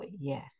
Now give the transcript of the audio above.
yes